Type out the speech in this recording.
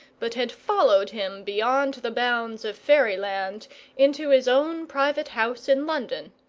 but had followed him beyond the bounds of fairyland into his own private house in london.